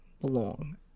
belong